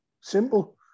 Simple